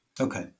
Okay